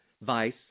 Vice